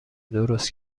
درست